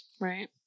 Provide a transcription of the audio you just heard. Right